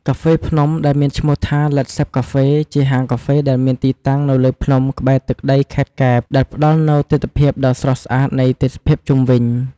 កាហ្វេភ្នំ ដែលមានឈ្នោះថា ឡេត ហ្សេប កាហ្វេ (LED ZEP CAFE) ជាហាងកាហ្វេដែលមានទីតាំងនៅលើភ្នំក្បែរទឹកដីខេត្តកែប ដែលផ្ដល់នូវទិដ្ឋភាពដ៏ស្រស់ស្អាតនៃទេសភាពជុំវិញ។